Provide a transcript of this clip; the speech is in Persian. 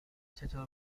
چطور